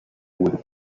with